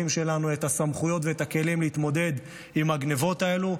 לחיילים הגיבורים שלנו את הסמכויות ואת הכלים להתמודד עם הגנבות האלה,